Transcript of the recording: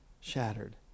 shattered